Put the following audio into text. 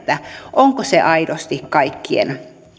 onko se aidosti kaikkien